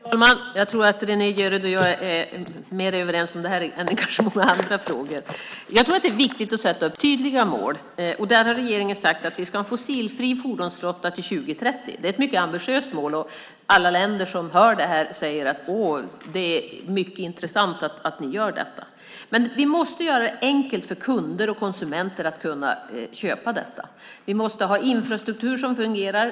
Herr talman! Jag tror att Renée Jeryd och jag är mer överens i denna fråga än i många andra frågor. Det är viktigt att sätta upp tydliga mål. Där har regeringen sagt att vi ska ha en fossilfri fordonsflotta till 2030. Det är ett mycket ambitiöst mål, och alla länder som hör det säger att det är mycket intressant att vi gör detta. Men vi måste göra det enkelt för kunder och konsumenter att köpa detta. Vi måste ha en infrastruktur som fungerar.